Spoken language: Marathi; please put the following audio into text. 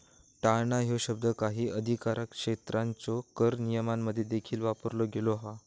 टाळणा ह्यो शब्द काही अधिकारक्षेत्रांच्यो कर नियमांमध्ये देखील वापरलो गेलो असा